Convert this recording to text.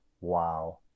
wow